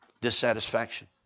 dissatisfaction